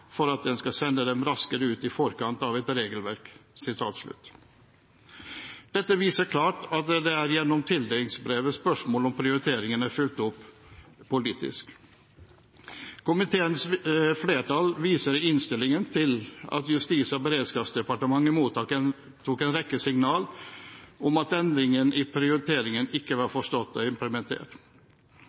for at en skal sende dem raskere ut i forkant av et regelverk.» Dette viser klart at det er gjennom tildelingsbrevet spørsmålet om prioritering er fulgt opp politisk. Komiteens flertall viser i innstillingen til at Justis- og beredskapsdepartementet mottok en rekke signaler om at endringen i prioriteringen ikke var forstått og implementert.